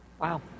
Wow